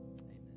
amen